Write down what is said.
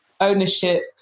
ownership